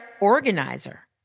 Organizer